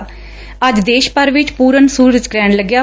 ਅੱਜ ਦੇਸ਼ ਭਰ ਵਿੱਚ ਪੁਰਨ ਸੁਰਜ ਗ੍ਹਿਣ ਲੱਗਿਆ